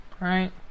right